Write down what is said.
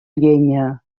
llenya